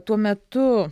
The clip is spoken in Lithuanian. tuo metu